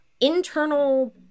internal